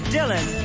Dylan